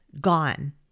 gone